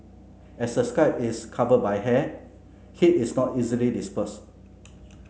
as the scalp is covered by hair heat is not easily dispersed